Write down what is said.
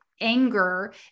Anger